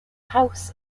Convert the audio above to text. house